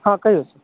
हॅं कहिऔ